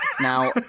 Now